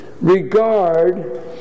regard